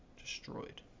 destroyed